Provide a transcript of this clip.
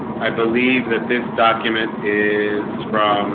i believe that this document is from